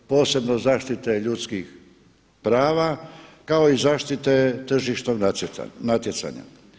Posebno zaštite ljudskih prava kao i zaštite tržišnog natjecanja.